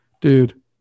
Dude